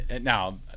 now